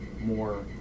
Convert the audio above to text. more